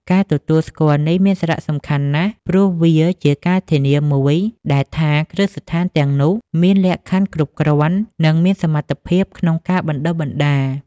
ការទទួលស្គាល់នេះមានសារៈសំខាន់ណាស់ ព្រោះវាជាការធានាមួយដែលថាគ្រឹះស្ថានទាំងនោះមានលក្ខខណ្ឌគ្រប់គ្រាន់ និងមានសមត្ថភាពក្នុងការបណ្តុះបណ្តាល។